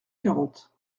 quarante